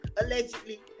allegedly